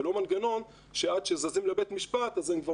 ולא מנגנון שעד שזזים לבית משפט הם כבר